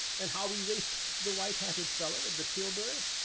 and how we raced the white-hatted fellow in the tilbury?